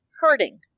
Hurting